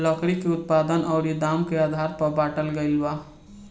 लकड़ी के उत्पादन अउरी दाम के आधार पर बाटल गईल बा